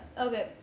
Okay